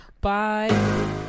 Bye